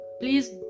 please